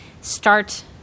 start